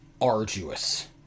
arduous